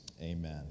Amen